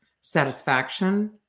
satisfaction